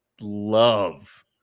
love